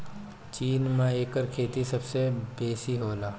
चीन में एकर खेती सबसे बेसी होला